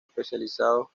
especializados